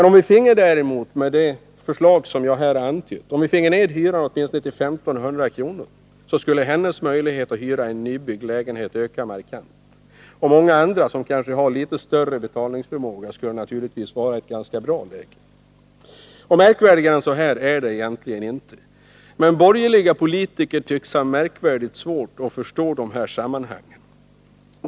Om vi däremot med det förslag som jag här har antytt finge ned hyran till åtminstone 1500 kr., skulle detta sjukvårdsbiträdes möjligheter att hyra en nybyggd lägenhet öka markant. Många som kanske har litet större betalningsförmåga skulle naturligtvis vara i ett ganska bra läge. Märkvärdigare än så är det egentligen inte. Borgerliga politiker tycks emellertid ha förunderligt svårt att förstå de här sammanhangen.